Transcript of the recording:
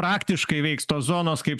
praktiškai veiks tos zonos kaip